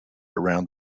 around